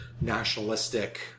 nationalistic